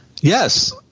Yes